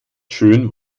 schön